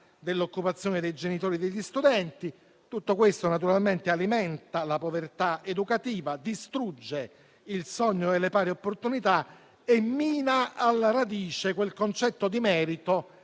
dell'occupazione dei genitori e degli studenti. Tutto questo alimenta la povertà educativa, distrugge il sogno delle pari opportunità e mina alla radice quel concetto di merito